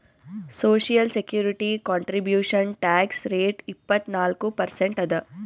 social security contribution tax rate ಇಪ್ಪತ್ನಾಲ್ಕು percent ಅದ